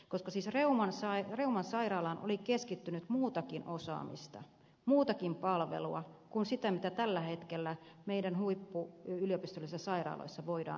koska siis reuman sairaalaan oli keskittynyt muutakin osaamista muutakin palvelua kuin sitä mitä tällä hetkellä meidän huippuyliopistollisissa sairaaloissa voidaan antaa